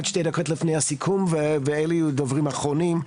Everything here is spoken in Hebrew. שתי דקות לפני הסיכום ואלו יהיו הדוברים האחרונים.